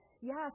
yes